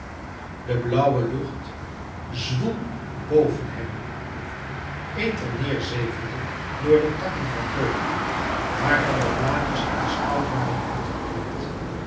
de blauwe lucht zwoel boven hem ether neêrzevende door de takken van beuken waarvan de blaadjes als goud waren uitgeknipt